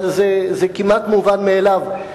אבל זה כמעט מובן מאליו,